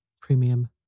Premium